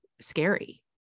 scary